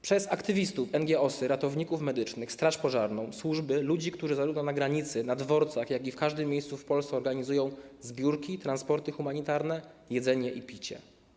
Przez aktywistów, NGO-sy, ratowników medycznych, straż pożarną, służby, ludzi, którzy zarówno na granicy, na dworcach, jak i w każdym miejscu w Polsce organizują zbiórki, transporty humanitarne, jedzenie i picie.